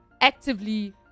actively